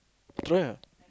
try ah